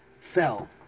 fell